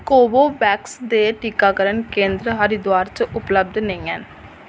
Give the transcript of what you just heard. Covovax दे टीकाकरण केंदर हरिद्वार च उपलब्ध नेईं हैन